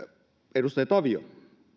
edustaja tavio